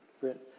Brent